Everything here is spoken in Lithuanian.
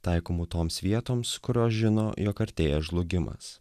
taikomu toms vietoms kurios žino jog artėja žlugimas